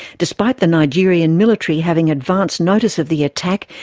despite the nigerian military having advance notice of the attack,